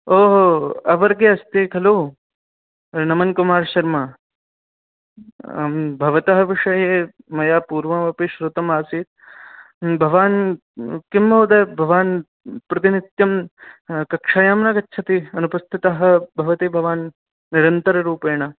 ओ हो अ वर्गे अस्ति खलु नमन् कुमार् शर्मा भवतः विषये मया पूर्वमपि श्रुतमासीत् भवान् किं महोदय् भवान् प्रतिनित्यं कक्षायां न गच्छति अनुपस्थितः भवति भवान् निरन्तररूपेण